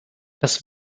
das